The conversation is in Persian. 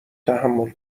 تحمل